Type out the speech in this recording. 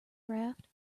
draft